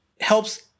helps